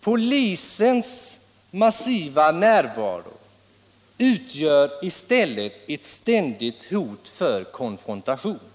Polisens massiva närvaro utgör i stället ett ständigt hot om konfrontation.